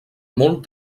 molt